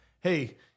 hey